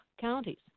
counties